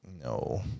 No